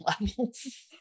levels